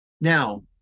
now